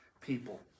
people